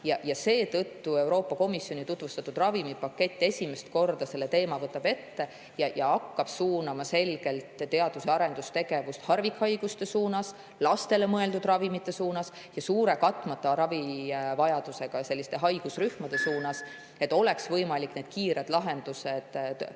võtab Euroopa Komisjoni tutvustatud ravimipakett esimest korda selle teema ette ja hakkab selgelt suunama teadus‑ ja arendustegevust harvikhaiguste suunas, lastele mõeldud ravimite suunas ja suure katmata ravivajadusega haigusrühmade suunas, et oleks võimalik kiired lahendused